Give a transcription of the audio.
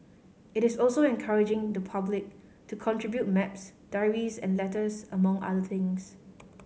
it is also encouraging the public to contribute maps diaries and letters among other things